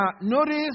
notice